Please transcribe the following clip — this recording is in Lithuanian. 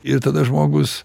ir tada žmogus